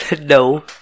No